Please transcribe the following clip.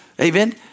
Amen